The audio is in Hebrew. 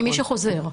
ממי שחוזר.